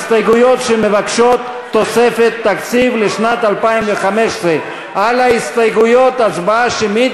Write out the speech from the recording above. הסתייגויות שמבקשות תוספת תקציב לשנת 2015. על ההסתייגויות הצבעה שמית,